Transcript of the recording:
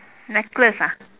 necklace ah